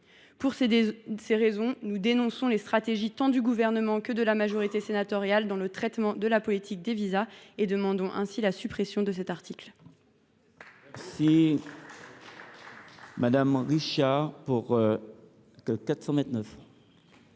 Pour ces raisons, nous dénonçons les stratégies tant du Gouvernement que de la majorité sénatoriale dans le traitement de la politique des visas et demandons la suppression de cet article.